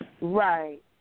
Right